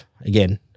again